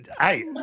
Hey